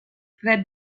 fred